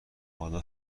حالا